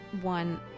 one